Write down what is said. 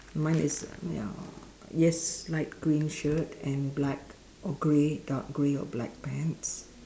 mine is a ya yes light green shirt and black or grey dark grey or black pants